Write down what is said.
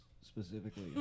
specifically